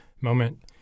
moment